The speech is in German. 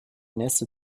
nächste